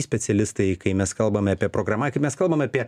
specialistai kai mes kalbame apie programą kai mes kalbame apie